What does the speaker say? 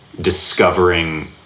discovering